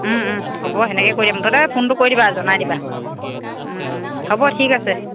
হ'ব তেনেকৈ কৰি দিয়া মুঠতে ফোনটো কৰি দিবা জনাই দিবা হ'ব ঠিক আছে